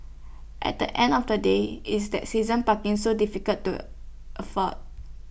at the end of the day is that season parking so difficult to afford